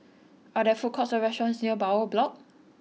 are there food courts or restaurants near Bowyer Block